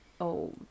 old